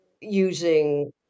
using